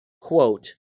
quote